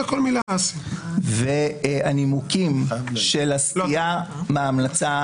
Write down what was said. והנימוקים של הסטייה מההמלצה.